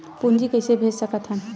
पूंजी कइसे भेज सकत हन?